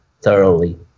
thoroughly